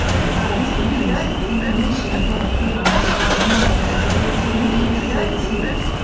and balanced news, information and other programming about america and the world to audiences overseas.